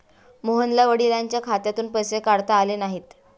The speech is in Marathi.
मोहनला वडिलांच्या खात्यातून पैसे काढता आले नाहीत